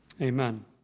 amen